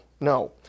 no